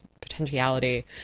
potentiality